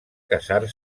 casar